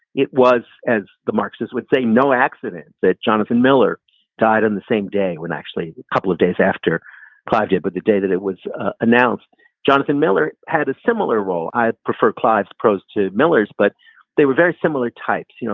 it was, as the marks's would say, no accident that jonathan miller died on the same day when actually a couple of days after clavier, but the day that it was announced jonathan miller had a similar role. i prefer clives prose to miller's, but they were very similar types. you know